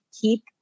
keep